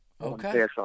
Okay